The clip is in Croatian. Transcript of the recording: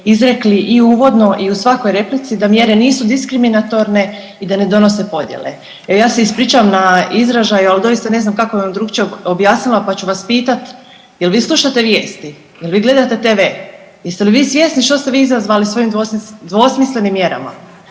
izrekli i uvodno i u svakoj replici da mjere nisu diskriminatorne i da ne donose podjele. Evo ja se ispričavam na izražaju, ali doista ne znam kako bi vam drukčija objasnila pa ću vas pitati, jel vi slušate vijesti, jel vi gledate TV, jeste li vi svjesni što ste vi izazvali svojim dvosmislenim mjerama?